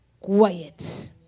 quiet